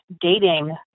dating